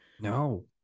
no